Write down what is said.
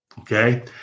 Okay